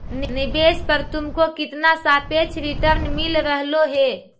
निवेश पर तुमको कितना सापेक्ष रिटर्न मिल रहलो हे